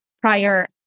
prior